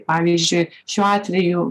pavyzdžiui šiuo atveju